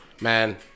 man